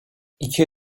i̇ki